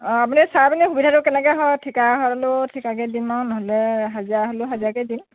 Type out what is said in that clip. অঁ আপুনি চাই পিনি সুবিধাটো কেনেকৈ হয় ঠিকা হ'লেও ঠিকাকৈ দিম আৰু নহ'লে হাজিৰা হ'লেও হাজিৰাকৈ দিম